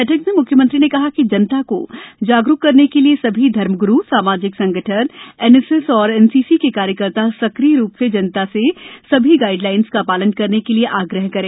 बैठक में म्ख्यमंत्री ने कहा कि जनता को जागरुक करने के लिए समस्त धर्मग्रु सामाजिक संगठन एनएसएस और एनसीसी के कार्यकर्ता सक्रिय रूप से जनता से सभी गाइडलाइंस का पालन करने हेत् आग्रह करें